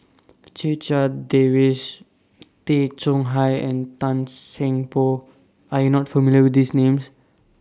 Checha Davies Tay Chong Hai and Tan Seng Poh Are YOU not familiar with These Names